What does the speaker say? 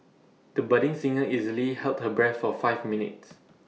the budding singer easily held her breath for five minutes